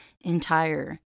entire